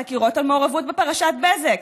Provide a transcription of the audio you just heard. חקירות על מעורבות בפרשת בזק,